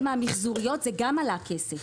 כשאספו את זה מהמחזוריות זה גם עלה כסף.